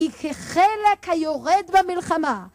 היא כחלק היורד במלחמה